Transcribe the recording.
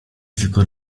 tylko